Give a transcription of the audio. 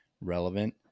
relevant